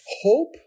hope